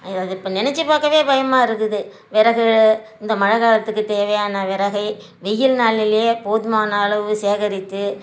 அதை இப்போ நினச்சி பார்க்கவே பயமாக இருக்குது விறகு இந்த மழை காலத்துக்கு தேவையான விறகை வெயில் நாள்லையே போதுமான அளவு சேகரித்து